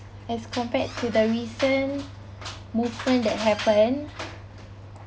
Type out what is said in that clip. as compared to the recent movement that happened